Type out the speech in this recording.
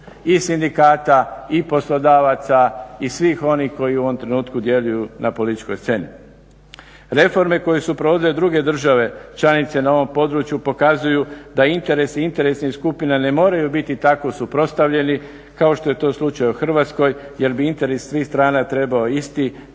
i sindikata i poslodavaca i svih onih koji u ovom trenutku djeluju na političkoj sceni. Reforme koje su provodile druge države članice na ovom području pokazuju da interesi interesnih skupina ne moraju biti tako suprotstavljeni kao što je to slučaj u Hrvatskoj, jer bi interes svih strana trebao biti